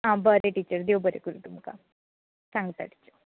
आ बरें टिचर देव बरें करूं तुमकां सांगता टिचर